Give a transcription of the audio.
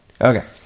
Okay